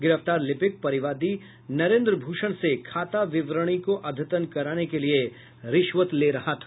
गिरफ्तार लिपिक परिवादी नरेन्द्र भूषण से खाता विवरणी को अद्यतन कराने के लिये रिश्वत ले रहा था